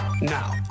Now